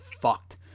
fucked